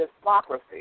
democracy